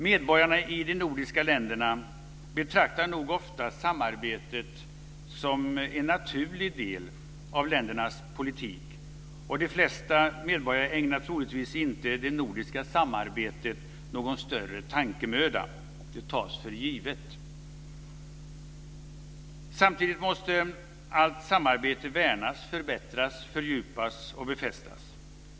Medborgarna i de nordiska länderna betraktar nog ofta samarbetet som en naturlig del av ländernas politik. De flesta medborgare ägnar troligtvis inte det nordiska samarbetet någon större tankemöda; det tas för givet. Samtidigt måste allt samarbete värnas, förbättras, fördjupas och befästas.